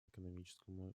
экономическому